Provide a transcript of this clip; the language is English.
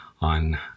on